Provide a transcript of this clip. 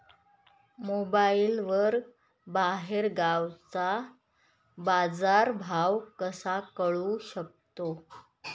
मोबाईलवर बाहेरगावचा बाजारभाव कसा कळू शकतो?